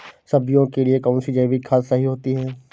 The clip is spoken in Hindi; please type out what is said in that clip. सब्जियों के लिए कौन सी जैविक खाद सही होती है?